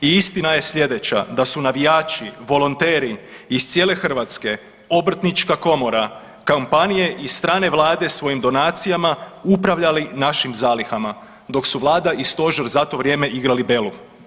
I istina je sljedeća da su navijači, volonteri iz cijele Hrvatske, Obrtnička komora, kompanije i strane vlade svojim donacijama upravljali našim zalihama, dok su Vlada i stožer za to vrijeme igrali belu.